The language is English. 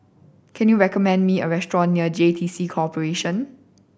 can you recommend me a restaurant near J T C Corporation